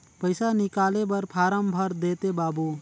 पइसा निकाले बर फारम भर देते बाबु?